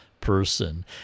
person